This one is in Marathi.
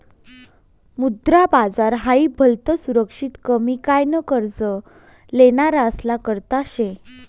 मुद्रा बाजार हाई भलतं सुरक्षित कमी काय न कर्ज लेनारासना करता शे